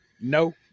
no